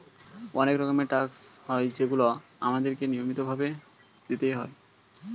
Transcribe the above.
অনেক রকমের ট্যাক্স হয় যেগুলো আমাদের কে নিয়মিত ভাবে দিতেই হয়